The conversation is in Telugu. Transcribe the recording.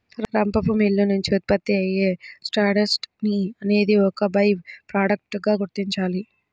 రంపపు మిల్లు నుంచి ఉత్పత్తి అయ్యే సాడస్ట్ ని అనేది ఒక బై ప్రొడక్ట్ గా గుర్తించాలి